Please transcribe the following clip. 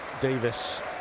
Davis